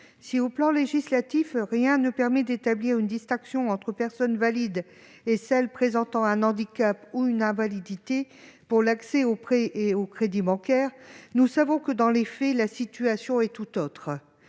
disposition législative ne permet d'établir une distinction entre les personnes valides et celles qui présentent un handicap ou une invalidité pour l'accès aux prêts et aux crédits bancaires, nous savons que, dans les faits, la situation est tout autre.